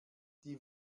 die